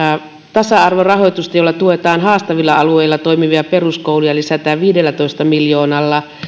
tasa arvorahoitusta jolla tuetaan haastavilla alueilla toimivia peruskouluja lisätään viidellätoista miljoonalla